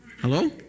Hello